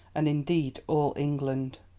and indeed all england.